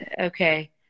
Okay